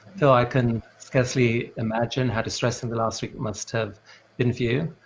so i can scarcely imagine how the stress in the last week must have been for you.